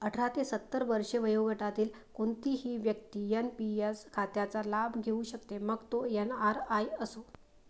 अठरा ते सत्तर वर्षे वयोगटातील कोणतीही व्यक्ती एन.पी.एस खात्याचा लाभ घेऊ शकते, मग तो एन.आर.आई असो